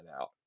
out